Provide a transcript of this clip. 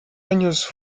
años